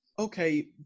Okay